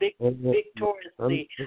victoriously